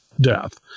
death